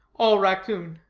all raccoon.